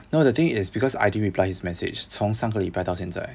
no the thing is because I didn't reply his message 从上个礼拜到现在